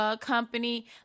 company